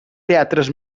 teatres